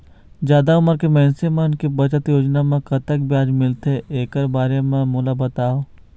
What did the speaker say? जादा उमर के मइनसे मन के बचत योजना म कतक ब्याज मिलथे एकर बारे म मोला बताव?